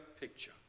picture